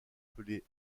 appelées